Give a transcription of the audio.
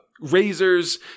Razors